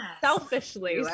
selfishly